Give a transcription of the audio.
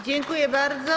Dziękuję bardzo.